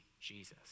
Jesus